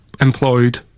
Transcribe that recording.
employed